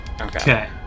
Okay